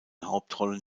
hauptrollen